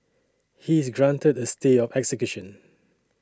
he is granted a stay of execution